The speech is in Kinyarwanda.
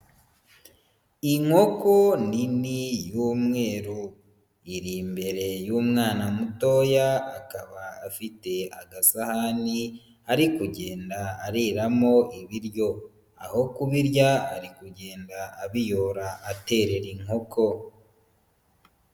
Inkoko nini y'umweru iri imbere y'umwana mutoya akaba afite agasahani ari kugenda ariramo ibiryo, aho kubirya ari kugenda abiyora aterera inkoko.